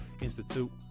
Institute